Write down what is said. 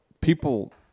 people